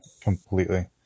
completely